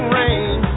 rain